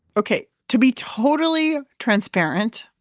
okay. to be totally transparent,